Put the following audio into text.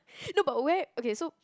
no but where okay so